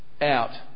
out